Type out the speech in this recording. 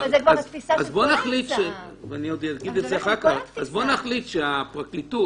זאת התפיסה --- אז בואו נחליט שהפרקליטות